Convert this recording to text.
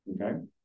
Okay